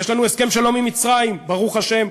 יש לנו הסכם שלום עם מצרים, ברוך השם.